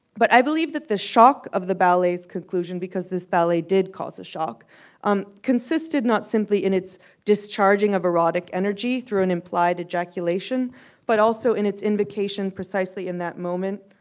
but i believe that the shock of the ballets conclusion because this ballet did cause a shock um consisted not simply in its discharging of erotic energy through an implied ejaculation but also in its invocation precisely in that moment